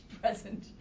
present